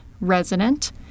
resident